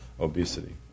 obesity